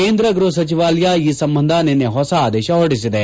ಕೇಂದ್ರ ಗ್ಬಹ ಸಚಿವಾಲಯ ಈ ಸಂಬಂಧ ನಿನ್ನೆ ಹೊಸ ಆದೇಶ ಹೊರಡಿಸಿದೆ